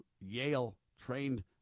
Yale-trained